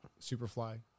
Superfly